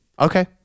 Okay